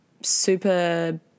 super